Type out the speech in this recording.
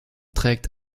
trägt